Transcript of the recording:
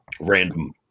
random